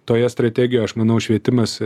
toje strategijoj aš manau švietimas